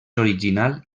original